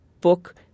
book